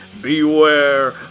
Beware